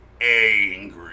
angry